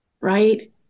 Right